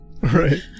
Right